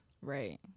Right